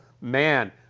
man